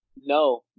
No